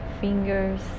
fingers